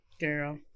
Girl